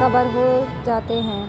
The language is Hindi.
कवर हो जाते हैं